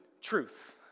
truth